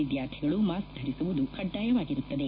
ವಿದ್ಲಾರ್ಥಿಗಳು mask ಧರಿಸುವುದು ಕಡ್ಡಾಯವಾಗಿರುತ್ತದೆ